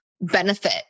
benefit